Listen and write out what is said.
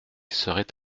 serait